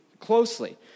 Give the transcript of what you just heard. closely